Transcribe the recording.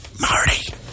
Marty